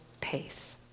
pace